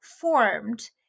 formed